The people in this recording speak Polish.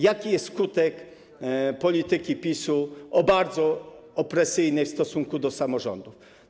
Jaki jest skutek polityki PiS-u, bardzo opresyjnej, w stosunku do samorządów?